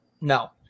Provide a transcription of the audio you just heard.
No